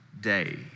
day